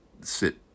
sit